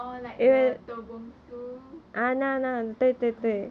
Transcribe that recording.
orh like the door bok su